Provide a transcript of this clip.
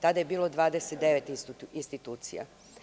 Tada je bilo 29 institucija.